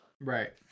right